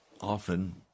often